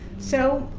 so,